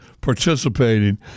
participating